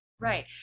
Right